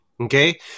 okay